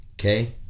Okay